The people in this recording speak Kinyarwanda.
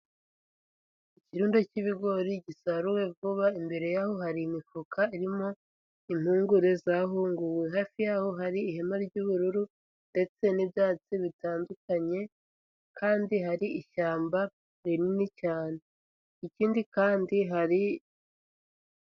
Ikirundo cy'ibigori gisaruwe vuba imbere yaho hari imifuka irimo impungure zahunguwe. Hafi ya ho hari ihema ry'ubururu ndetse n'ibyatsi bitandukanye kandi hari ishyamba rinini cyane. Ikindi kandi hari.